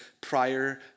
prior